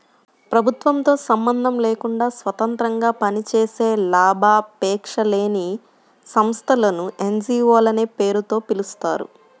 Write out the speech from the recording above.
ప్రభుత్వంతో సంబంధం లేకుండా స్వతంత్రంగా పనిచేసే లాభాపేక్ష లేని సంస్థలను ఎన్.జీ.వో లనే పేరుతో పిలుస్తారు